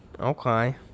Okay